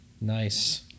Nice